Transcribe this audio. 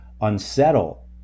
unsettle